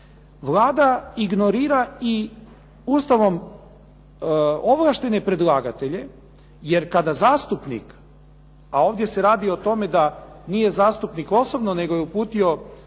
Vlada ignorira i Ustavom ovlaštene predlagatelje jer kad zastupnik, a ovdje se radi o tome da nije zastupnik osobno, nego je uputio